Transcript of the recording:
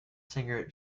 singer